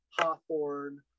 hawthorne